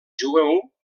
jueu